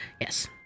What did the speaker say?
Yes